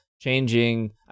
changing